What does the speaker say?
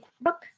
book